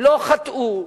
לא חטאו,